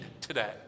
today